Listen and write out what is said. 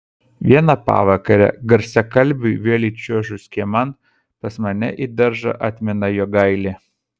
vieną pavakarę garsiakalbiui vėl įčiuožus kieman pas mane į daržą atmina jogailė